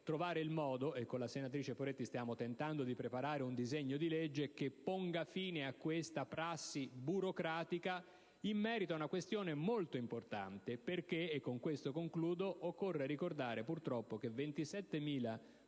trovare un modo, e con la senatrice Poretti stiamo tentando di preparare un disegno di legge che ponga fine a questa prassi burocratica in merito a una questione molto importante. Occorre, infatti, ricordare che, purtroppo, 27.000